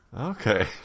Okay